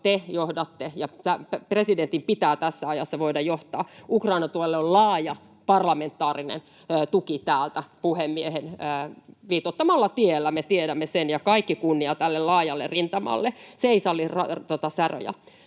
te johdatte ja presidentin pitää tässä ajassa voida johtaa. Ukrainan tuelle on laaja parlamentaarinen tuki täällä puhemiehen viitoittamalla tiellä. Me tiedämme sen, ja kaikki kunnia tälle laajalle rintamalle. Se ei salli säröjä.